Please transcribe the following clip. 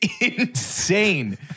insane